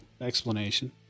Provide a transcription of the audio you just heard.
explanation